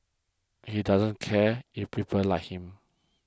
he doesn't care if people like him